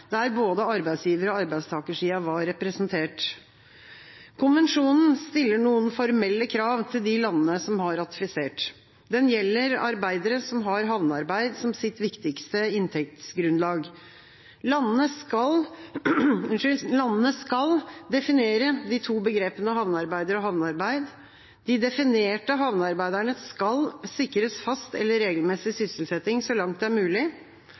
der både arbeidsgiver- og arbeidstakersida var representert. Konvensjonen stiller noen formelle krav til landene som har ratifisert den. Den gjelder arbeidere som har havnearbeid som sitt viktigste inntektsgrunnlag. Landene skal definere de to begrepene «havnearbeider» og «havnearbeid». De definerte havnearbeiderne skal sikres fast eller regelmessig sysselsetting så langt det er mulig.